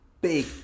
big